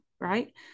right